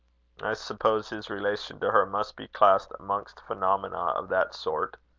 i suppose his relation to her must be classed amongst phenomena of that sort?